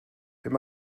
wenn